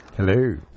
Hello